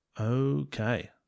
Okay